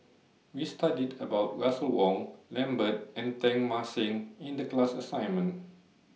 We studied about Russel Wong Lambert and Teng Mah Seng in The class assignment